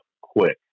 quick